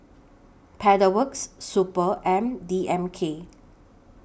Pedal Works Super and D M K